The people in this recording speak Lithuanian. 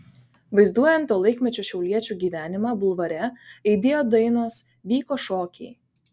vaizduojant to laikmečio šiauliečių gyvenimą bulvare aidėjo dainos vyko šokiai